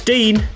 Dean